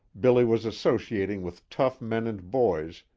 billy was associating with tough men and boys,